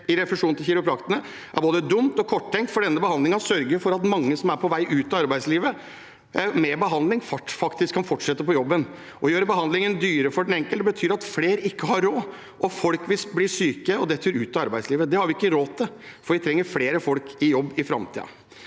i refusjonen til kiropraktorene, er både dumt og korttenkt, for denne behandlingen sørger for at mange som er på vei ut av arbeidslivet, med behandling faktisk kan fortsette på jobben. Å gjøre behandlingen dyrere for den enkelte betyr at flere ikke har råd, og folk blir syke og detter ut av arbeidslivet. Det har vi ikke råd til, for vi trenger flere folk i jobb i framtiden.